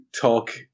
talk